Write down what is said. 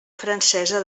francesa